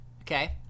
Okay